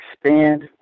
expand